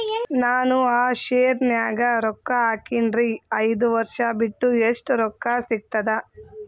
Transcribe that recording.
ನಾನು ಆ ಶೇರ ನ್ಯಾಗ ರೊಕ್ಕ ಹಾಕಿನ್ರಿ, ಐದ ವರ್ಷ ಬಿಟ್ಟು ಎಷ್ಟ ರೊಕ್ಕ ಸಿಗ್ತದ?